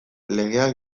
legeak